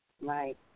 Right